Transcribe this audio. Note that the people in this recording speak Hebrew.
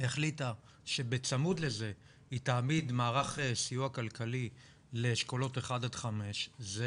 החליטה שבצמוד לזה היא תעמיד מערך סיוע כלכלי לאשכולות 1-5 זה